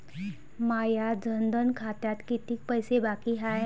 माया जनधन खात्यात कितीक पैसे बाकी हाय?